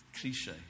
cliche